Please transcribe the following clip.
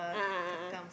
a'ah a'ah